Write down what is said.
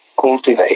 cultivate